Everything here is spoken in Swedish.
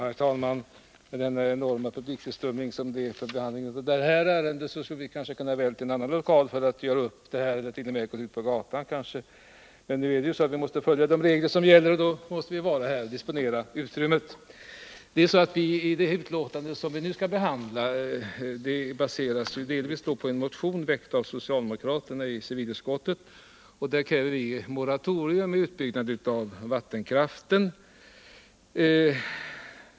Herr talman! Med tanke på den inte särskilt enorma publik detta ärende lockar hade vi kunnat välja en annan lokal, vi hade t.o.m. kunnat gå ut på gatan för att ”göra upp”, men nu måste vi följa de regler som gäller och disponera detta utrymme. Det betänkande vi nu skall behandla baseras delvis på en motion väckt av socialdemokraterna i civilutskottet. Vi kräver i motionen ett moratorium för utbyggnaden av vattenkraften.